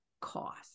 cost